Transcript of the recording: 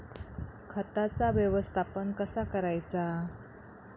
खताचा व्यवस्थापन कसा करायचा?